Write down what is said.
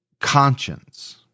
conscience